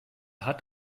hat